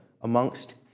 amongst